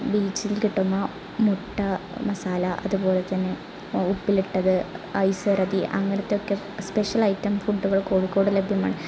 ബീച്ചില് കിട്ടുന്ന മുട്ട മസാല അതുപോലെതന്നെ ഉപ്പിലിട്ടത് ഐസിറക്കി അങ്ങനതെയൊക്കെ സ്പെഷ്യല് ഐറ്റം ഫുഡുകള് കോഴിക്കോട് ലഭ്യമാണ്